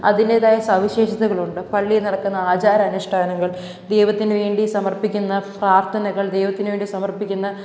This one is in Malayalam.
അതിൻറ്റേതായ സവിശേഷതകളുണ്ട് പള്ളിയില് നടക്കുന്ന ആചാരാനുഷ്ഠാനങ്ങള് ദൈവത്തിന് വേണ്ടി സമര്പ്പിക്കുന്ന പ്രാര്ത്ഥനകള് ദൈവത്തിന് വേണ്ടി സമര്പ്പിക്കുന്ന